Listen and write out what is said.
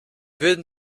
würden